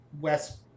west